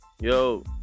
Yo